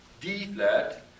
D-flat